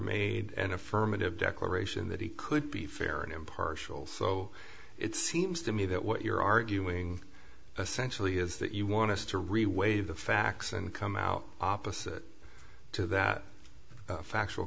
made an affirmative declaration that he could be fair and impartial so it seems to me that what you're arguing essentially is that you want to reweigh the facts and come out opposite to that factual